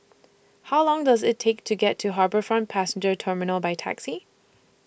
How Long Does IT Take to get to HarbourFront Passenger Terminal By Taxi